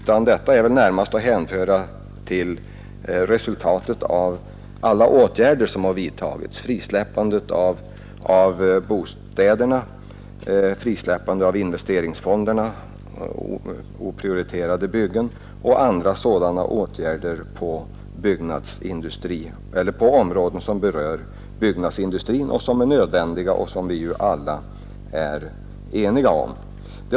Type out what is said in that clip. Den ökningen är närmast att hänföra till resultatet av alla de åtgärder som har vidtagits — frisläppandet av bostäderna, frisläppandet av investeringsfonderna och oprioriterade byggen samt andra nödvändiga åtgärder på områden som berör byggnadsindustrin. Det är åtgärder som vi alla är ense om och som borde ha gett en större effekt.